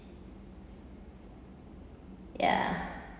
ya